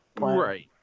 right